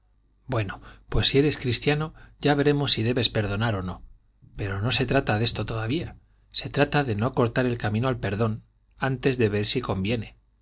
bueno pues si eres cristiano ya veremos si debes perdonar o no pero no se trata de esto todavía se trata de no cortar el camino al perdón antes de ver si conviene